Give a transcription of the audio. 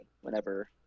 whenever